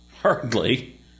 Hardly